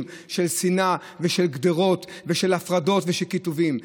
של שנאה ושל גדרות ושל הפרדות ושל קיטובים.